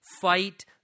fight